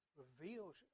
reveals